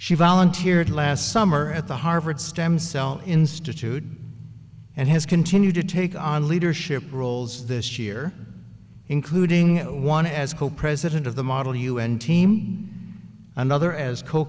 she volunteered last summer at the harvard stem cell institute and has continued to take on leadership roles this year including one as co president of the model un team another as co